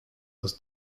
aus